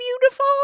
beautiful